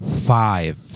Five